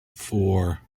four